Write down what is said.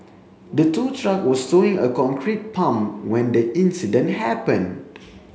the tow truck was towing a concrete pump when the incident happened